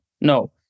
no